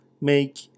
make